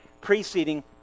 preceding